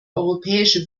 europäische